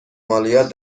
مالیات